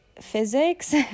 physics